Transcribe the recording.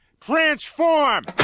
transform